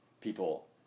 people